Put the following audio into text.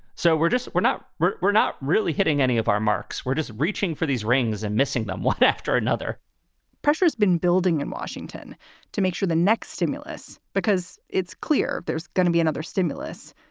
so we're just we're not we're we're not really hitting any of our marks. we're just reaching for these rings and missing them one after another pressure has been building in washington to make sure the next stimulus, because it's clear there's going to be another stimulus,